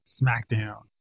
SmackDown